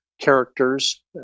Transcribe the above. characters